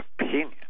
opinion